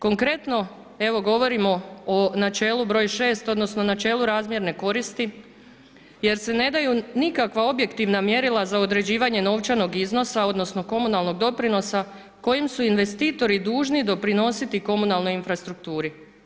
Konkretno evo govorimo o načelu broj 6. odnosno načelu razmjerne koristi jer se ne daju nikakva objektivna mjerila za određivanje novčanog iznosa, odnosno komunalnog doprinosa kojim su investitori dužni doprinositi komunalnoj infrastrukturi.